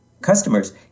customers